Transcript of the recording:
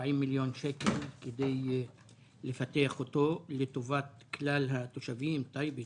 מיליון שקל כדי לפתח אותו לטובת כלל התושבים: טייבה,